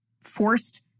forced